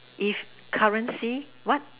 if currency what